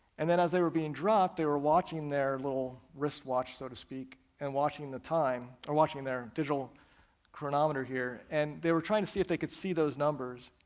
and then as they were being dropped, they were watching their little wristwatch, so to speak, and watching the time, or watching their digital chronometer here, and they were trying to see if they could see those numbers.